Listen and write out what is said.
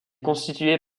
constituée